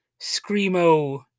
Screamo